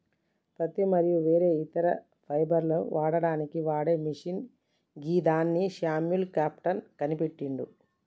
పత్తి మరియు వేరే ఇతర ఫైబర్లను వడకడానికి వాడే మిషిన్ గిదాన్ని శామ్యుల్ క్రాంప్టన్ కనిపెట్టిండు